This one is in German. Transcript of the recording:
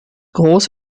groß